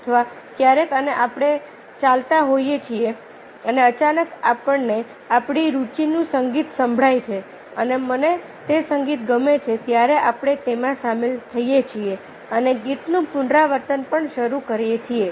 અથવા ક્યારેક અને આપણે ચાલતા હોઈએ છીએ અને અચાનક આપણને આપણી રુચિનું સંગીત સંભળાય છે અને મને તે સંગીત ગમે છે ત્યારે આપણે તેમાં સામેલ થઈએ છીએ અને ગીતનું પુનરાવર્તન પણ શરૂ કરીએ છીએ